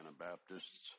Anabaptists